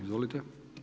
Izvolite.